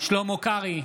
שלמה קרעי,